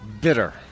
bitter